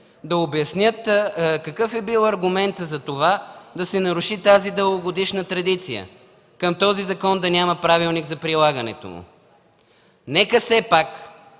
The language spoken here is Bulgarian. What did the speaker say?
да обяснят какъв е бил аргументът да се наруши тази дългогодишна традиция – към този закон да няма правилник за прилагането му. Нека все пак